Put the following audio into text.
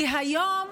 כי היום